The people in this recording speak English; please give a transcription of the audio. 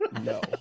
no